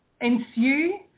ensue